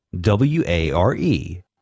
W-A-R-E